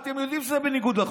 אתם יודעים שזה בניגוד לחוק.